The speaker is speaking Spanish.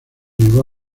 negó